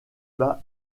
bas